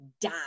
die